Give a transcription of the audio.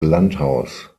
landhaus